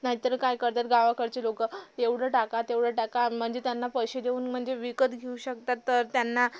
नाहीतर काय करतात गावाकडची लोक एवढं टाका तेवढं टाका म्हणजे त्यांना पैसे देऊन म्हणजे विकत घेऊ शकतात तर त्यांना